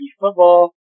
football